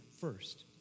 first